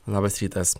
labas rytas